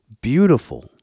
beautiful